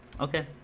Okay